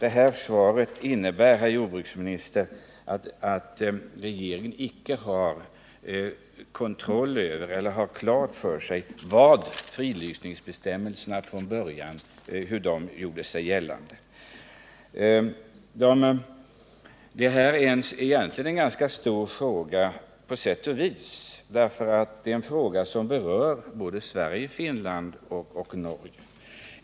Det här svaret innebär, herr jordbruksminister, att regeringen icke har klart för sig hur fridlysningsbestämmelserna från början gjorde sig gällande. Det är egentligen på sätt och vis en ganska stor fråga, eftersom den berör både Sverige, Finland och Norge.